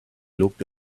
looked